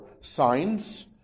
signs